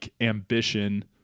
ambition